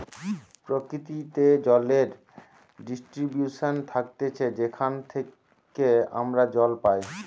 প্রকৃতিতে জলের ডিস্ট্রিবিউশন থাকতিছে যেখান থেইকে আমরা জল পাই